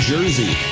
Jersey